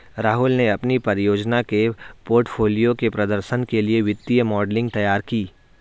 राहुल ने अपनी परियोजना के पोर्टफोलियो के प्रदर्शन के लिए वित्तीय मॉडलिंग तैयार की